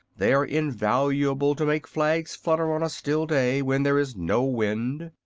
they are invaluable to make flags flutter on a still day, when there is no wind.